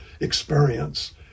experience